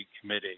Committee